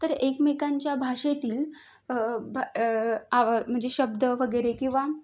तर एकमेकांच्या भाषेतील अ भ अ आव शब्द वगैरे किवा